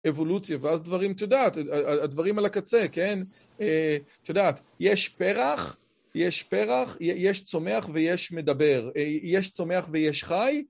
אבולוציה, ואז דברים, את יודעת, הדברים על הקצה, כן? את יודעת, יש פרח, יש פרח, יש צומח ויש מדבר, יש צומח ויש חי,